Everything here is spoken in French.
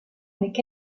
avec